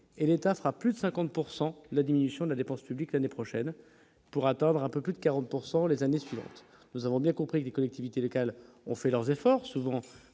et l'État fera plus de 50 pourcent la la diminution de la dépense publique l'année prochaine pour atteindre un peu plus de 40 pourcent les les années suivantes, nous avons bien compris les collectivités locales ont fait leurs efforts souvent